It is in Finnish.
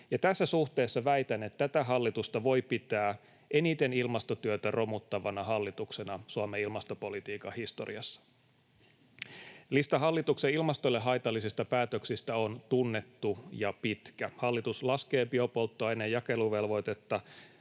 Tässä suhteessa väitän, että tätä hallitusta voi pitää eniten ilmastotyötä romuttavana hallituksena Suomen ilmastopolitiikan historiassa. Lista hallituksen ilmastolle haitallisista päätöksistä on tunnettu ja pitkä. Hallitus laskee biopolttoaineen jakeluvelvoitetta